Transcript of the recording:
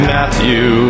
Matthew